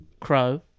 Crow